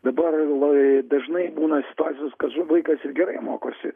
dabar lai dažnai būna situacijos kad vaikas ir gerai mokosi